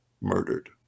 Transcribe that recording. murdered